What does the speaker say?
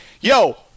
yo